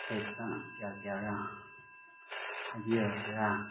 ꯄ꯭ꯂꯦꯠꯇ ꯀꯌꯥ ꯀꯌꯥꯔꯥ ꯍꯥꯏꯕꯤꯔꯛꯀꯦꯔꯥ